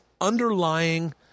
underlying